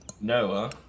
Noah